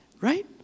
Right